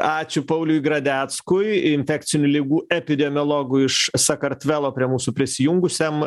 ačiū pauliui gradeckui infekcinių ligų epidemiologui iš sakartvelo prie mūsų prisijungusiam